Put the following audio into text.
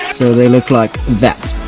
so they look like that.